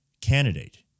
candidate